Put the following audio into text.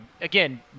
Again